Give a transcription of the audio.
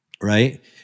right